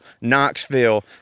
Knoxville